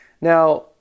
Now